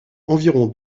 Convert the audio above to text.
environ